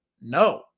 No